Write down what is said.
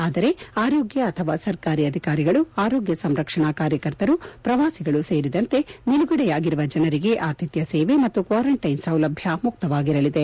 ಆದರೆ ಆರೋಗ್ಯ ಅಥವಾ ಸರ್ಕಾರಿ ಅಧಿಕಾರಿಗಳು ಆರೋಗ್ಯ ಸಂರಕ್ಷಣಾ ಕಾರ್ಯಕರ್ತರು ಶ್ರವಾಸಿಗಳು ಸೇರಿದಂತೆ ನಿಲುಗಡೆಯಾಗಿರುವ ಜನರಿಗೆ ಆತಿಥ್ಲ ಸೇವೆ ಮತ್ತು ಕ್ವಾರಂಟ್ಲೆನ್ ಸೌಲಭ್ಲ ಮುಕ್ತವಾಗಿರಲಿದೆ